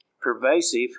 pervasive